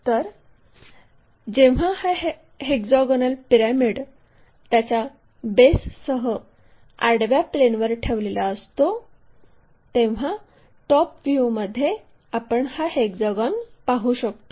तर जेव्हा हा हेक्सागोनल पिरॅमिड त्याच्या बेससह आडव्या प्लेनवर ठेवलेला असतो तेव्हा टॉप व्ह्यूमध्ये आपण हा हेक्सागोन पाहू शकतो